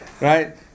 Right